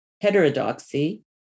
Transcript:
heterodoxy